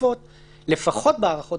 בדיעבד,